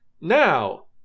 now